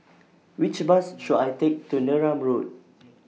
Which Bus should I Take to Neram Road